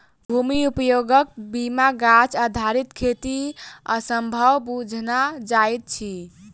भूमि उपयोगक बिना गाछ आधारित खेती असंभव बुझना जाइत अछि